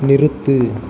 நிறுத்து